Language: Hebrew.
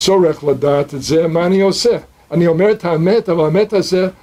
צורך לדעת את זה, מה אני עושה? אני אומר את האמת, אבל האמת הזה...